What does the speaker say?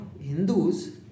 Hindus